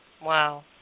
Wow